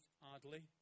Hardly